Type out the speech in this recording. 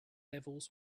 levels